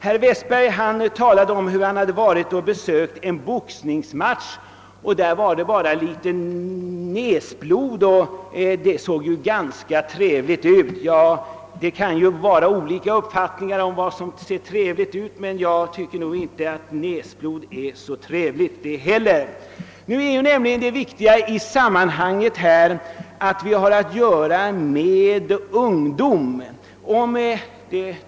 Herr Tobé talade om att han hade besökt en boxningsmatch där det bara förekom litet näsblod, och det såg ganska trevligt ut, tyckte han. Man kan ha olika uppfattningar om vad som ser trevligt ut, men jag tycker inte att näsblod gör det. Det viktiga i sammanhanget är att vi i boxning ofta har att göra med ungdom.